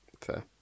Fair